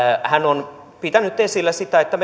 hän on pitänyt esillä sitä että